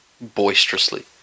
boisterously